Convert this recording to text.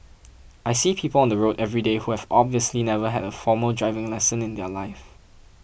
I see people on the road everyday who have obviously never had a formal driving lesson in their life